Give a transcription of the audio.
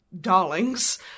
darlings